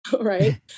right